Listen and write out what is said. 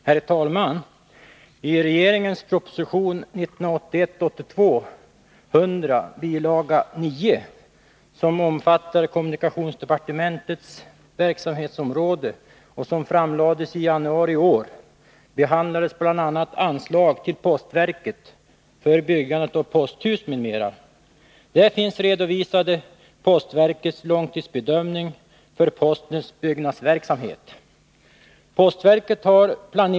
Herr talman! I regeringens proposition 1981/82:100 bilaga 9, som omfattar kommunikationsdepartementets verksamhetsområde och som framlades i januari i år, behandlas bl.a. anslag till postverket för byggandet av posthus m.m. Där redovisas postverkets långtidsbedömning för postens byggnadsverksamhet.